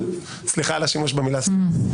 וסליחה על השימוש במילה הזאת.